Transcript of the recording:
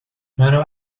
مرا